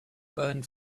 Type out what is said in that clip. burned